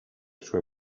sue